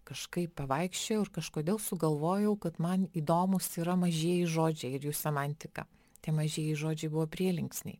kažkaip pavaikščiojau ir kažkodėl sugalvojau kad man įdomūs yra mažieji žodžiai ir jų semantika tie mažieji žodžiai buvo prielinksniai